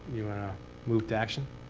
you want to move to action?